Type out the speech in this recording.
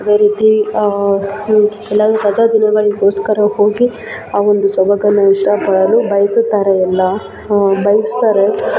ಅದೇ ರೀತಿ ಎಲ್ಲಾರು ರಜಾದಿನಗಳಿಗೋಸ್ಕರ ಹೋಗಿ ಆವೊಂದು ಸೊಬಗನ್ನು ಇಷ್ಟಪಡಲು ಬಯಸುತ್ತಾರೆ ಎಲ್ಲ ಬಯಸ್ತಾರೆ